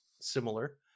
similar